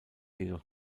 jedoch